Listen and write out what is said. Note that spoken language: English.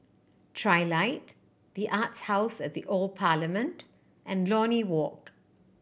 Trilight The Arts House at the Old Parliament and Lornie Walk